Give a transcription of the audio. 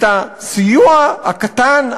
את הסיוע הקטן,